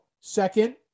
Second